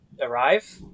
arrive